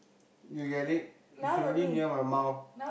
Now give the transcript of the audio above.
you get it it's already near my mouth